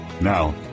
Now